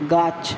গাছ